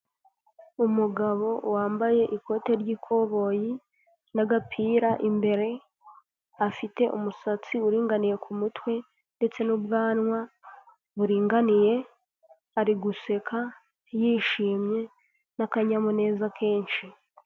Umugabo wambaye ikote ry'ikoboyi n'agapira imbere, afite umusatsi uringaniye ku mutwe ndetse n'ubwanwa buringaniye, ari guseka yishimye n'akanyamuneza kenshi.